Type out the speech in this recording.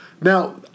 Now